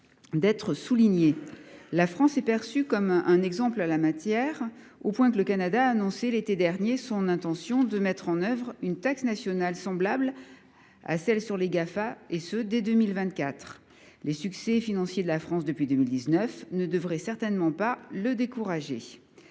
d’être soulignée. La France est perçue comme un exemple en la matière, au point que le Canada a annoncé l’été dernier son intention de mettre en œuvre une taxe nationale semblable à celle sur les Gafa, et ce dès 2024. Les succès financiers de la France depuis 2019 ne devraient certainement pas le décourager.